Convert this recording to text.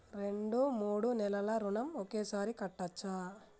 రెండు మూడు నెలల ఋణం ఒకేసారి కట్టచ్చా?